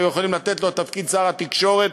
היו יכולים לתת לו את תפקיד שר התקשורת.